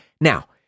Now